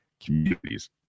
communities